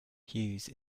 hughes